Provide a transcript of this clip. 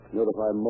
Notify